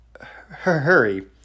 hurry